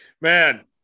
Man